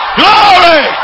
glory